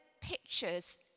pictures